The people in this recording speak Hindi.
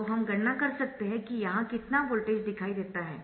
तो हम गणना कर सकते है कि यहां कितना वोल्टेज दिखाई देता है